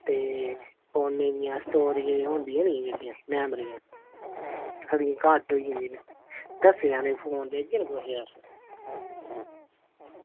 ते फोनै दियां स्टोरेज होंदियां नी जेह्ड़ियां मैमोरियां सारियां घट्ट होई जंदियां न दस्सेआं निं फोन